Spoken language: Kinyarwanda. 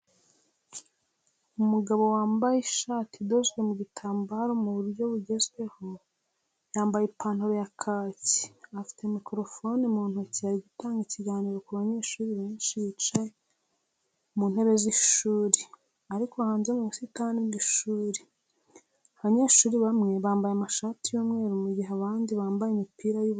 Umugabo wambaye ishati idozwe mu gitambaro mu buryo bugezweho, yambaye ipantaro ya kaki, afite mikorofone mu ntoki ari gutanga ikiganiro ku banyeshuri benshi bicaye mu ntebe z'ishuri ariko hanze mu busitani bw'ishuri. Abanyeshuri bamwe bambaye amashati y'umweru mu gihe abandi bambaye imipira y'ubururu.